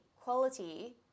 quality